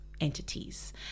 entities